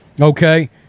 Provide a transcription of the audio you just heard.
okay